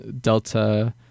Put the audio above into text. Delta